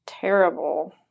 terrible